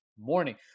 morning